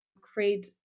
create